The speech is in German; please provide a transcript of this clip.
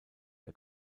der